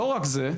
לא רק זה,